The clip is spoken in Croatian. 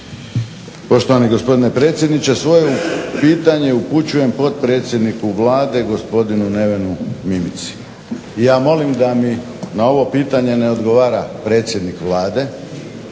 Poštovani gospodine predsjedniče svoje pitanje upućujem potpredsjedniku Vlade gospodinu Nevenu Mimici. Ja molim da mi na ovo pitanje ne odgovara predsjednik Vlade,